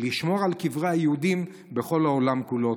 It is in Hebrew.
לשמור על קברי היהודים בכל העולם כולו.